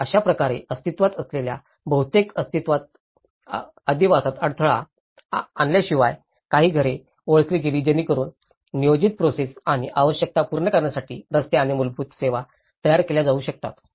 तर अशाप्रकारे अस्तित्त्वात असलेल्या बहुतेक अधिवासात अडथळा आणल्याशिवाय काही घरे ओळखली गेली जेणेकरून नियोजित प्रोसेस आणि आवश्यकता पूर्ण करण्यासाठी रस्ते आणि मूलभूत सेवा तयार केल्या जाऊ शकतील